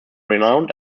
renowned